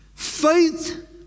Faith